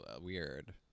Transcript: weird